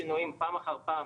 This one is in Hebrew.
שנים,